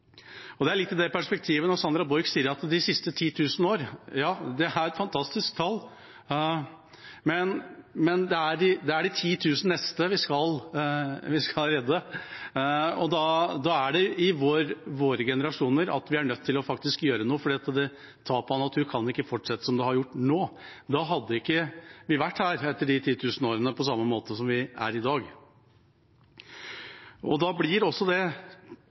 og det er litt i det perspektivet representanten Sandra Borch snakker om de siste 10 000 år. Ja, det er et fantastisk tall, men det er de 10 000 neste vi skal redde, og da er det i vår generasjon vi er nødt til å gjøre noe. Tapet av natur kan ikke fortsette som det har gjort til nå. Da vil vi ikke være her om 10 000 år på samme måte som vi er i dag. Da blir også det å tallfeste et mål om vern en viktig debatt. Jeg skal ikke forespeile noe her nå, men det